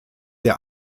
der